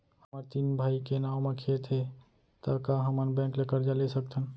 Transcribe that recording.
हमर तीन भाई के नाव म खेत हे त का हमन बैंक ले करजा ले सकथन?